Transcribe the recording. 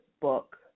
book